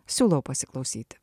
siūlau pasiklausyti